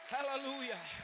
Hallelujah